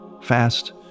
fast